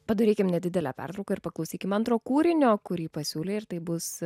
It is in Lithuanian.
padarykim nedidelę pertrauką ir paklausykime antro kūrinio kurį pasiūlei ir tai bus